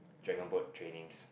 dragon boat trainings